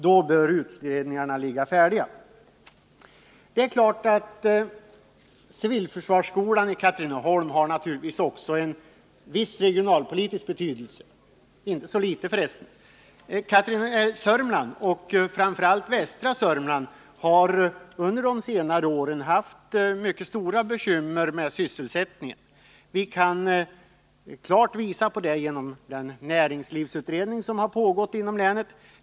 Då bör utredningarna ligga färdiga. Civilförsvarsskolan i Katrineholm har naturligtvis också en regionalpolitisk betydelse — inte så liten för resten. Framför allt västra Sörmland har under de senare åren haft mycket stora bekymmer med sysselsättningen. Det kan vi klart visa genom den näringslivsutredning som pågått inom länet.